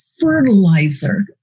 fertilizer